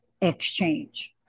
exchange